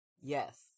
yes